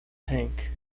tank